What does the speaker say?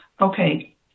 Okay